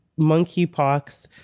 monkeypox